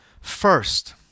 First